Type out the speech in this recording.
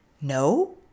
no